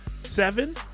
seven